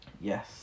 Yes